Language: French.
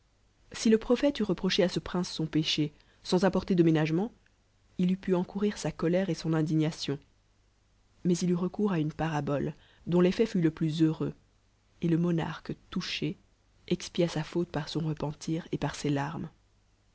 si le propfi tee it reproché il ce prince son péché sens ap porter de n éangement if eût pn encourir sa colère et son indignation mais il eut recours à une parabole dont l'effet fut le plus heureox et le monarque touché expia sa faute par son repentir et par ses l